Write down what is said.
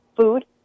food